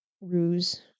ruse